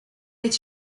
est